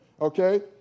Okay